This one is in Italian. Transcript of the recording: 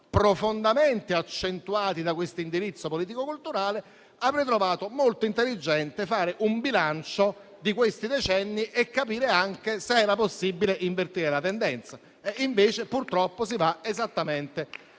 profondamente accentuati da questo indirizzo politico-culturale, avrei trovato molto intelligente fare un bilancio di questi decenni e capire anche se era possibile invertire la tendenza. Invece, purtroppo, si va esattamente